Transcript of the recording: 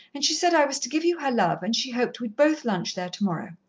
and she said i was to give you her love, and she hoped we'd both lunch there tomorrow.